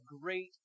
great